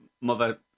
Mother